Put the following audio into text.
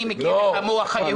אני מכיר את המוח היהודי.